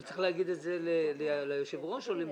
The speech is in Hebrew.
הוא צריך להגיד את זה ליושב-ראש או למי?